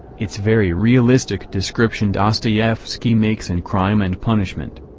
it's very realistic description dostoyevsky makes in crime and punishment.